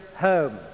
home